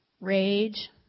rage